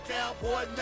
Cowboy